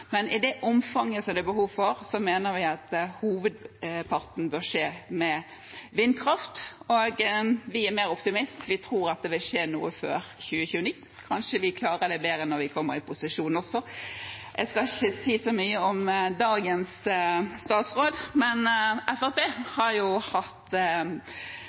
men i det omfanget som det er behov for, mener vi at hovedparten bør skje med vindkraft. Og vi er mer optimistiske, vi tror at det vil skje noe før 2029. Kanskje vi klarer det bedre når vi kommer i posisjon også. Jeg skal ikke si så mye om dagens statsråd, men Fremskrittspartiet har jo hatt